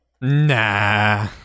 Nah